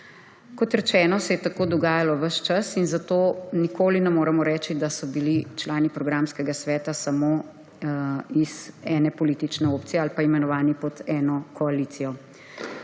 Kot rečeno, se je tako dogajalo ves čas, zato nikoli ne moremo reči, da so bili člani programskega sveta samo iz ene politične opcije ali pa imenovani pod eno koalicijo.